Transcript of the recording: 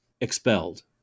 Expelled